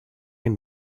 and